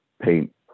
paint